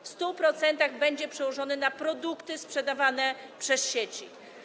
W 100% będzie przełożony na produkty sprzedawane przez sieci.